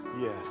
Yes